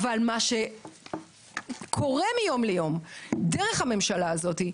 אבל מה שקורה כאן מיום ליום תחת הממשלה הזו,